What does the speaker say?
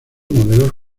modelos